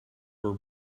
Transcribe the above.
were